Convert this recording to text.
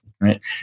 right